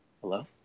Hello